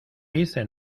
hice